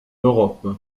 europe